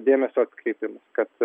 dėmesio atkreipimas kad